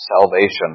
Salvation